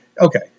Okay